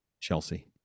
Chelsea